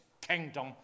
kingdom